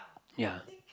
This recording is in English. ya